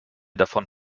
davon